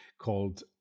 called